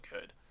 good